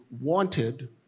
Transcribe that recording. wanted